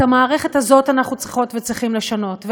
את המערכת הזאת אנחנו צריכות וצריכים לשנות,